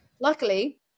Luckily